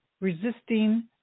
resisting